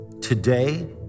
today